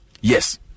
yes